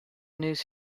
news